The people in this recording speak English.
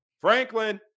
franklin